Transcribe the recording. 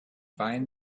find